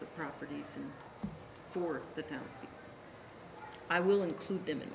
the properties for the towns i will include them in